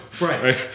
right